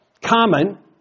common